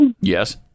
Yes